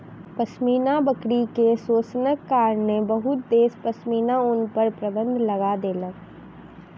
पश्मीना बकरी के शोषणक कारणेँ बहुत देश पश्मीना ऊन पर प्रतिबन्ध लगा देलक